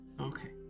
Okay